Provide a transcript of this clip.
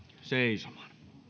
seisomaan